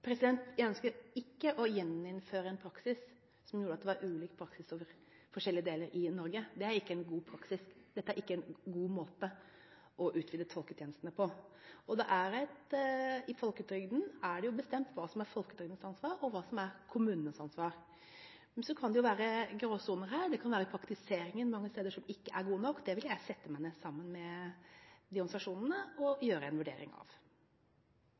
Jeg ønsker ikke å gjeninnføre en praksis som gjorde at det var ulik praksis i forskjellige deler av Norge. Det er ikke en god praksis, og det er ikke en god måte å utvide tolketjenestene på. I folketrygden er det bestemt hva som er folketrygdens ansvar, og hva som er kommunenes ansvar. Men det kan være gråsoner her, og det kan være at praktiseringen mange steder ikke er god nok. Det vil jeg sette meg ned sammen med organisasjonene og gjøre en vurdering av.